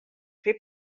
fer